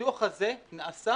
הקידוח הזה נעשה